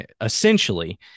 essentially